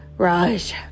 Raj